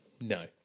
No